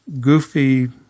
goofy